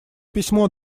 письмо